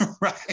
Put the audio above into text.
right